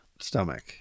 stomach